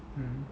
mm